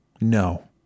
no